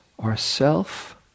ourself